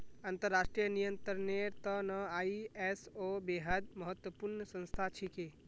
अंतर्राष्ट्रीय नियंत्रनेर त न आई.एस.ओ बेहद महत्वपूर्ण संस्था छिके